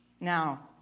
Now